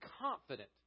confident